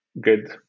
good